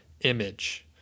image